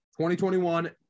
2021 –